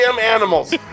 animals